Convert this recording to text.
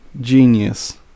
Genius